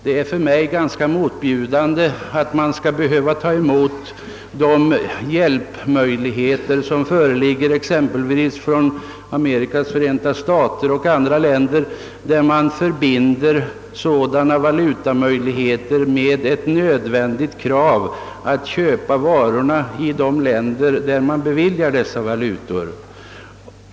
Det ter sig för mig ganska motbjudande att man skall behöva utnyttja de möjligheter som finns att få valutabidrag t.ex. från Amerikas förenta stater och andra länder, vilka för binder sina bidrag med ovillkorliga krav på att mottagaren skall köpa varorna i det bidragsgivande landet.